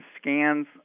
scans